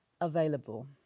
available